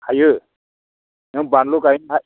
हायो नों बानलु गायनो हा